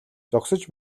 зогсож